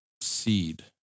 seed